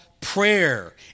prayer